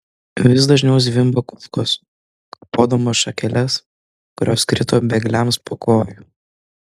vis dažniau zvimbė kulkos kapodamos šakeles kurios krito bėgliams po kojų